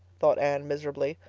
thought anne miserably.